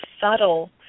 subtle